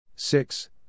Six